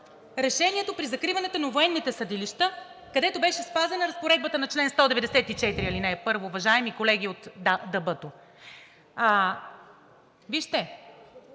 решението при закриването на военните съдилища, където беше спазена разпоредбата на чл. 194, ал. 1, уважаеми колеги от ДБ-то! Вижте,